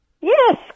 yes